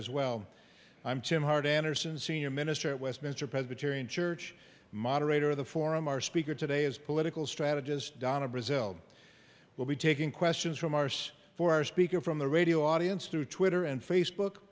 as well i'm tim howard anderson senior minister at westminster presbyterian church moderator of the forum our speaker today is political strategist donna brazil will be taking questions from arse for our speaker from the radio audience through twitter and facebook